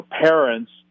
parents